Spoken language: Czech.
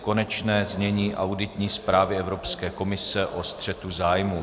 Konečné znění auditní zprávy Evropské komise o střetu zájmů